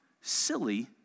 silly